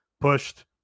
pushed